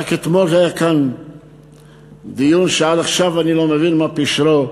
רק אתמול היה כאן דיון שעד עכשיו אני לא מבין מה פשרו,